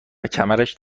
کمرش